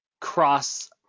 cross